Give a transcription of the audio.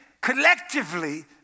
collectively